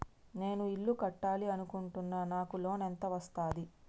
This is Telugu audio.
నేను ఇల్లు కట్టాలి అనుకుంటున్నా? నాకు లోన్ ఎంత వస్తది?